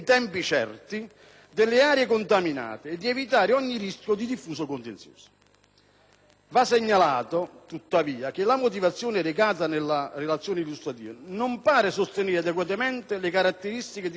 delle aree contaminate e di evitare ogni rischio di diffuso contenzioso. Va segnalato, tuttavia, che la motivazione recata nella relazione illustrativa non pare sostenere adeguatamente le caratteristiche di straordinaria